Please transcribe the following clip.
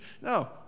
No